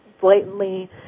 blatantly